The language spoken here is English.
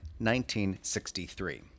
1963